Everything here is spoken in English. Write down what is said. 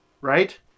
Right